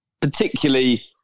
particularly